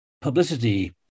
publicity